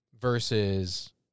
versus